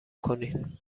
کنین